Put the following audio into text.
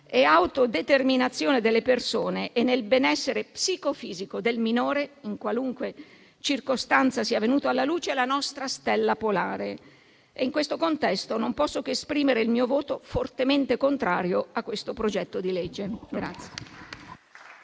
e autodeterminazione delle persone e nel benessere psicofisico del minore, in qualunque circostanza sia venuto alla luce, la nostra stella polare. In questo contesto, non posso che esprimere il mio voto fortemente contrario al disegno di legge in